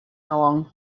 along